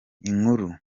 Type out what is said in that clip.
inkuru